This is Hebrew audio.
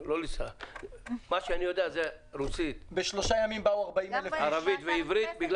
מה שאני יודע זה רוסית, ערבית ועברית.